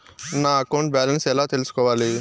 నా account balance ఎలా తెల్సుకోవాలి